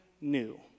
new